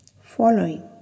following